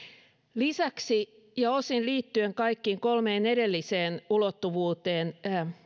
lisäksi ja osin liittyen kaikkiin kolmeen edelliseen ulottuvuuteen